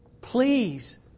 please